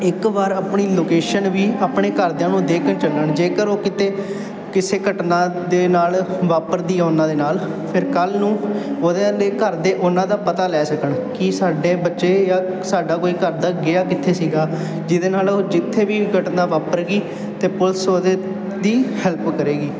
ਇੱਕ ਵਾਰ ਆਪਣੀ ਲੋਕੇਸ਼ਨ ਵੀ ਆਪਣੇ ਘਰਦਿਆਂ ਨੂੰ ਦੇ ਕੇ ਚੱਲਣ ਜੇਕਰ ਉਹ ਕਿਤੇ ਕਿਸੇ ਘਟਨਾ ਦੇ ਨਾਲ ਵਾਪਰ ਦੀ ਆ ਉਹਨਾਂ ਦੇ ਨਾਲ ਫਿਰ ਕੱਲ੍ਹ ਨੂੰ ਉਹਦੇ ਲਈ ਘਰ ਦੇ ਉਹਨਾਂ ਦਾ ਪਤਾ ਲੈ ਸਕਣ ਕਿ ਸਾਡੇ ਬੱਚੇ ਜਾਂ ਸਾਡਾ ਕੋਈ ਘਰ ਦਾ ਗਿਆ ਕਿੱਥੇ ਸੀਗਾ ਜਿਹਦੇ ਨਾਲ ਉਹ ਜਿੱਥੇ ਵੀ ਘਟਨਾ ਵਾਪਰ ਗਈ ਤਾਂ ਪੁਲਿਸ ਉਹਦੇ ਦੀ ਹੈਲਪ ਕਰੇਗੀ